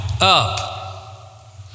up